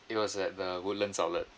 it was at the woodlands outlet